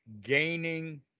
gaining